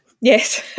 Yes